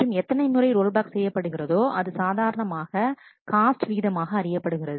மற்றும் எத்தனை முறை ரோல்பேக் செய்யப்படுகிறதோ அது சாதாரணமாக காஸ்ட் விகிதமாக அறியப்படுகிறது